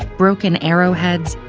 broken arrowheads,